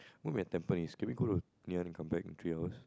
but we are at Tampines can we go to Ngee-Ann and come back in three hours